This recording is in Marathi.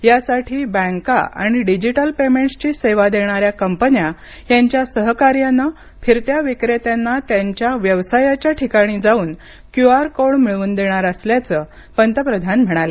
यासाठी बँका आणि डिजिटल पेमेंटसची सेवा देणाऱ्या कंपन्या यांच्या सहकार्यानं फिरत्या विक्रेत्यांना त्यांच्या व्यवसायाच्या ठिकाणी जाऊन क्यू आर कोड मिळवून देणार असल्याचं पंतप्रधान म्हणाले